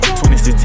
2016